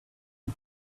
you